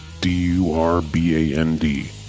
D-U-R-B-A-N-D